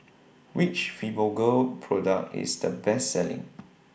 Which Fibogel Product IS The Best Selling